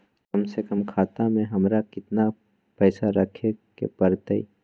कम से कम खाता में हमरा कितना पैसा रखे के परतई?